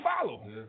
follow